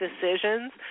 decisions